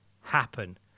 happen